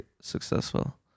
successful